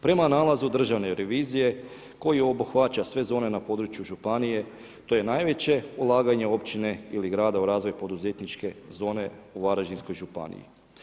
Prema nalazu državne revizije koje obuhvaća sve zone na području županije, to je najveće ulaganje općine ili grada u razvoj poduzetničke zone u Varaždinskoj županiji.